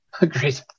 agreed